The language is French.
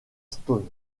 stone